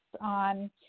on